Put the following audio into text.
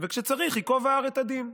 וכשצריך, ייקוב ההר את הדין.